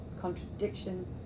contradiction